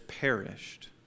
perished